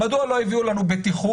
מדוע לא הביאו לנו בטיחות?